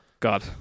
god